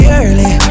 early